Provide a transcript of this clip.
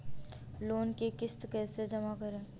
Loan की किश्त कैसे जमा करें?